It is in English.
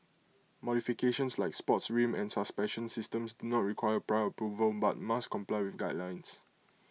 modifications like sports rim and suspension systems do not require prior approval but must comply with guidelines